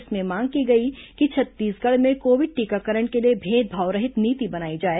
इसमें मांग की गई कि छत्तीसगढ़ में कोविड टीकाकरण के लिए भेदभाव रहित नीति बनाई जाए